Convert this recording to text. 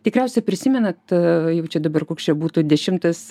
tikriausiai prisimenat jau čia dabar koks čia būtų dešimtas